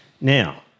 Now